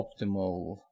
Optimal